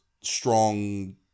strong